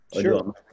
Sure